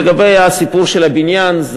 לגבי הסיפור של הבניין,